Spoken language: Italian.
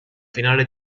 finale